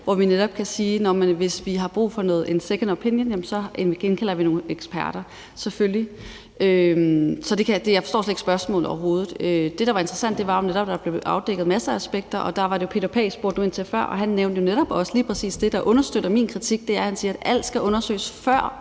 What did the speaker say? hvor vi netop kan sige, at hvis vi har brug for en second opinion, så indkalder vi nogle eksperter – selvfølgelig. Så jeg forstår slet ikke spørgsmålet, overhovedet ikke. Det, der var interessant, var jo netop, at der blev afdækket masser af aspekter. Du spurgte ind til Peter Pagh før, og han nævnte netop også lige præcis det, der understøtter min kritik, nemlig at alt skal undersøges, før